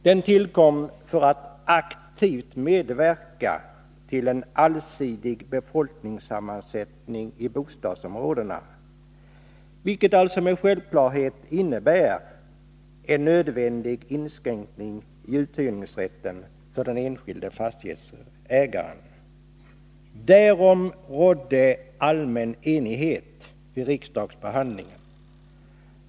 Den tillkom för att aktivt medverka till en allsidig befolkningssammansättning i bostadsområdena, vilket alltså med självklarhet innebär en nödvändig inskränkning i uthyrningsrätten för den enskilde fastighetsägaren. Därom rådde allmän enighet vid riksdagsbehandlingen.